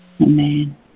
Amen